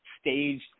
staged